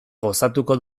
gozatuko